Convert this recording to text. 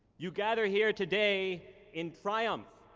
you gather here today in triumph.